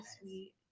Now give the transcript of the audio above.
sweet